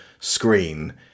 screen